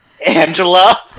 angela